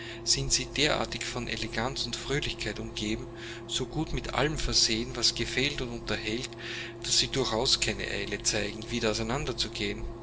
sind sie derartig von eleganz und fröhlichkeit umgeben so gut mit allem versehen was gefällt und unterhält daß sie durchaus keine eile zeigen wieder auseinander